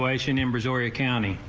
situation in brazoria county.